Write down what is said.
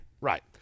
right